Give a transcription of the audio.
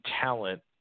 talent